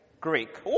Greek